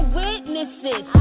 witnesses